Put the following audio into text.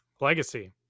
legacy